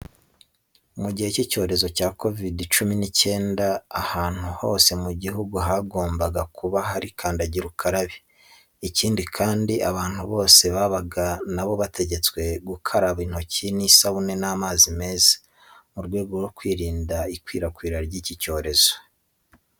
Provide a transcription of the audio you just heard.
Mu gihe cy'icyorezo cya Covid cumi n'icyenda, ahantu hose mu gihugu hagombaga kuba hari kandagira ukarabe. Ikindi kandi abantu bose babaga na bo bategetswe gukaraba intoki n'isabune n'amazi meza mu rwego rwo kwirinda ikwirakwira ry'iki cyorezo.